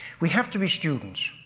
we have to be students,